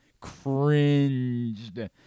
Cringed